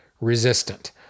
resistant